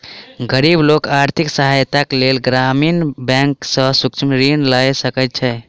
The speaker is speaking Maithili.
गरीब लोक आर्थिक सहायताक लेल ग्रामीण बैंक सॅ सूक्ष्म ऋण लय सकै छै